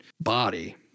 body